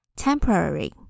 Temporary